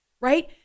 right